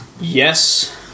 Yes